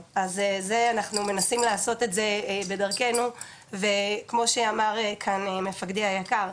אז זה אנחנו מנסים לעשות את זה בדרכנו וכמו שאמר כאן מפקדי היקר,